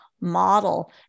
model